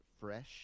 fresh